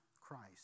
Christ